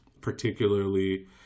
particularly